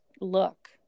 look